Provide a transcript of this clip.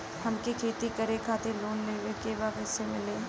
हमके खेती करे खातिर लोन लेवे के बा कइसे मिली?